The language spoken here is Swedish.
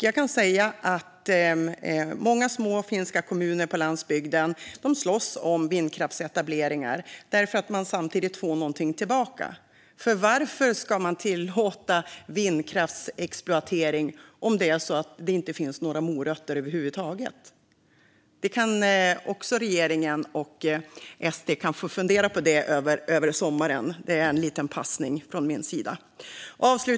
Jag kan säga att många små finska kommuner på landsbygden slåss om vindkraftsetableringar eftersom de samtidigt får någonting tillbaka. Varför ska man tillåta vindkraftsexploatering om det inte finns några morötter över huvud taget? Det kan regeringen och SD få fundera på över sommaren. Det är en liten passning från min sida.